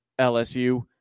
LSU